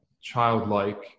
childlike